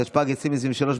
התשפ"ג 2023,